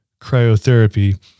cryotherapy